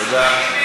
תודה.